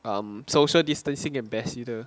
um social distancing ambassador